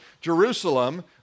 Jerusalem